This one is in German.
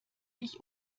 ich